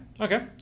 okay